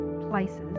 places